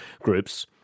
groups